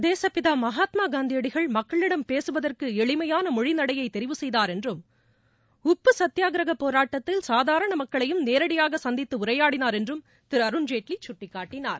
தேசப்பிதா மகாத்மா காந்தியடிகள் மக்களிடம் பேசுவதற்கு எளிமையான மொழிநடையை தெரிவு செய்தா் என்றும் உப்பு சத்தியாக்கிரகப் போராட்டத்தில் சாதாரண மக்களையும் நேரடியாக சந்தித்து உரையாடினார் என்றும் திரு அருண்ஜேட்லி சுட்டிக்காட்டினார்